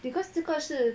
because 这个是